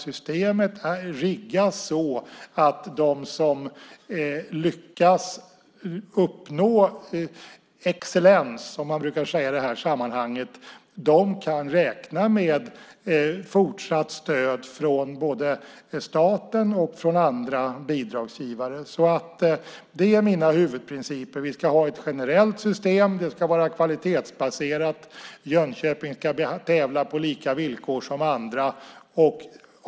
Systemet riggas så att de som lyckas uppnå excellens, som man brukar säga i det här sammanhanget, kan räkna med fortsatt stöd från både staten och andra bidragsgivare. Det är mina huvudprinciper. Vi ska ha ett generellt system. Det ska vara kvalitetsbaserat. Jönköping ska tävla på lika villkor som andra.